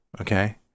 okay